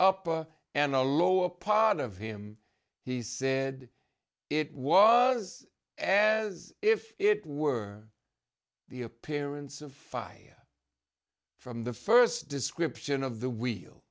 up and a low a pot of him he said it was as if it were the appearance of fiat from the first description of the wheel